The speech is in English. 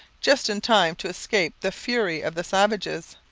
just in time to escape the fury of the savages.